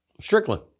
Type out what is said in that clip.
Strickland